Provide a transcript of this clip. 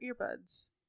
earbuds